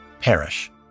perish